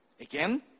Again